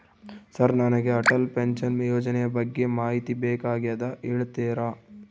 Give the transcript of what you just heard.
Sir ನನಗೆ Atal pension ಯೋಜನೆ ಬಗ್ಗೆ ಮಾಹಿತಿ ಬೇಕಾಗ್ಯದ ಹೇಳ್ತೇರಾ?